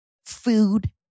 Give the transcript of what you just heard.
Food